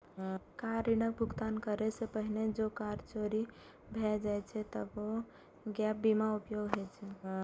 car ऋणक भुगतान करै सं पहिने जौं कार चोरी भए जाए छै, तबो गैप बीमा उपयोगी होइ छै